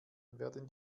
werden